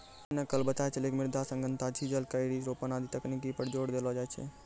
सोहन न कल बताय छेलै कि मृदा सघनता, चिजल, क्यारी रोपन आदि तकनीक पर जोर देलो जाय छै